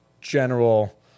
general